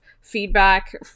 feedback